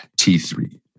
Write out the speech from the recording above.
T3